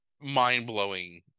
mind-blowing